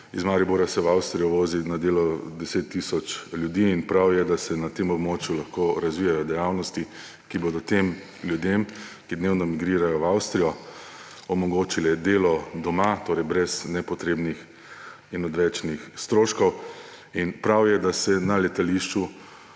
Iz Maribora se v Avstrijo vozi na delo 10 tisoč ljudi in prav je, da se na tem območju lahko razvijajo dejavnosti, ki bodo tem ljudem, ki dnevno migrirajo v Avstrijo, omogočile delo doma, torej brez nepotrebnih in odvečnih stroškov. In prav je, da se o letališču,